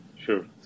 Sure